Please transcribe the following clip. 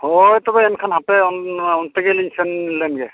ᱦᱳᱭ ᱛᱚᱵᱮ ᱮᱱᱠᱷᱟᱱ ᱦᱟᱯᱮ ᱚᱱᱟ ᱚᱱᱛᱮ ᱜᱮᱞᱤᱧ ᱥᱮᱱ ᱞᱮᱱ ᱜᱮ